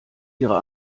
ihre